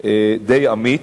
די אמיץ,